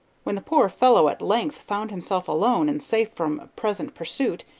when the poor fellow at length found himself alone and safe from present pursuit,